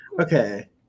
Okay